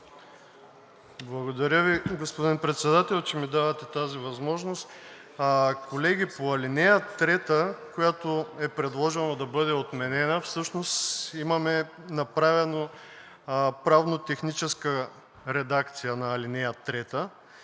Благодаря Ви, господин Председател, че ми давате тази възможност. Колеги, по ал. 3, която е предложено да бъде отменена, всъщност имаме направена правно-техническа редакция на ал. 3